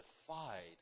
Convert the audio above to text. defied